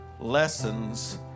lessons